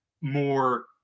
more